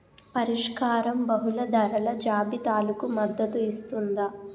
పరిష్కారం బహుళ ధరల జాబితాలకు మద్దతు ఇస్తుందా?